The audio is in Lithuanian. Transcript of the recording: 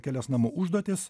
kelias namų užduotis